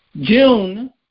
June